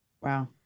Wow